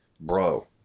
bro